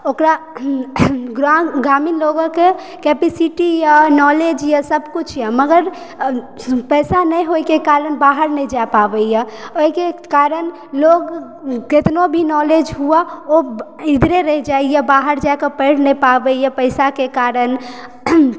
ओकरा ग्रामीण लोकक कैपिसिटी या नॉलेज ई सब किछु यऽ मगर पैसा नहि होएके कारण बाहर नहि जाए पाबैया ओहिके कारण लोग केतनो भी नॉलेज हुए इधरे रहि जाइया बाहर जाकऽ पढ़ि नहि पाबैया पैसाके कारण